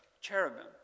cherubim